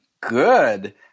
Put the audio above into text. good